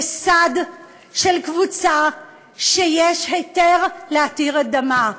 לסד של קבוצה שיש היתר להתיר את דמה,